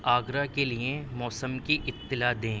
آگرہ کے لیے موسم کی اطلاع دیں